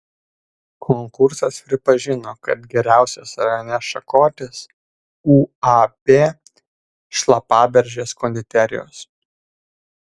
konkursas pripažino kad geriausias rajone šakotis uab šlapaberžės konditerijos